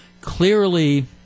Clearly